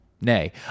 Nay